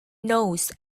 knows